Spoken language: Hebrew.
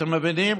אתם מבינים,